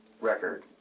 record